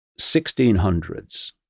1600s